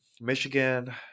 Michigan